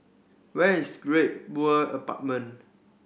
where is Great World Apartment